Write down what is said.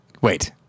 Wait